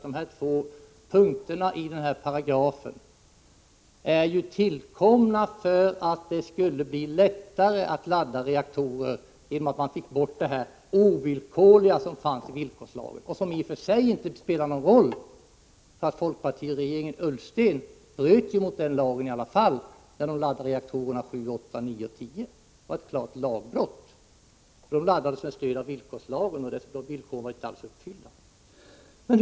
De två punkterna i den aktuella paragrafen är tillkomna för att det skall bli lättare att ladda reaktorer — genom att man fick bort det ovillkorliga som fanns i villkorslagen, som väl i och för sig inte har spelat någon roll, eftersom folkpartiregeringen Ullsten ändå bröt mot den när man beslöt att ladda reaktorerna 7, 8, 9 och 10. Det var ett klart lagbrott. De laddades nämligen med stöd av villkorslagen, och dess villkor var inte alls uppfyllda!